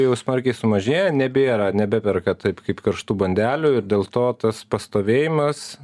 jau smarkiai sumažėja nebėra nebeperka taip kaip karštų bandelių ir dėl to tas pastovėjimas